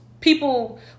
people